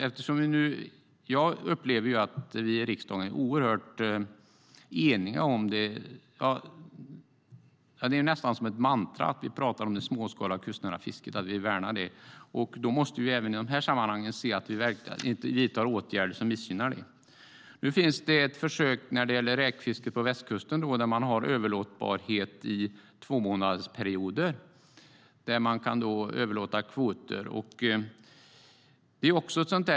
Återigen upplever jag att vi i riksdagen är oerhört eniga när det gäller systemet med överlåtbarhet. Det är nästan som ett mantra när vi pratar om att vi vill värna det småskaliga och kustnära fisket. Men vi måste även i dessa sammanhang se till att vi inte vidtar åtgärder som missgynnar det. Nu finns det ett försök när det gäller räkfiske på västkusten, där man har överlåtbarhet för kvoter i tvåmånadersperioder.